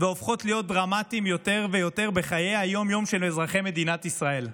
והופכים להיות דרמטיות יותר ויותר בחיי היום-יום של אזרחי מדינת ישראל.